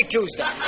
Tuesday